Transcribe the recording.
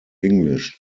english